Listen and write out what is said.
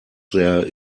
there